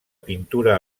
pintura